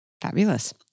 Fabulous